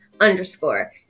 underscore